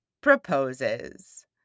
proposes